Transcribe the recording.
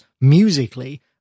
musically